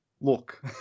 Look